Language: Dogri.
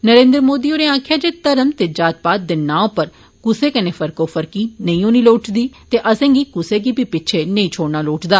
नरेंद्र मोदी होरें आक्खेआ जे घर्म ते जातपात दे ना पर कुसै कन्नै फरकोफरकी नेई होनी लोड़चदी ते असें गी कुसै गी बी पिच्छे नेई छुड़ना लोड़चदा